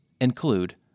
include